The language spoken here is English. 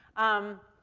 um,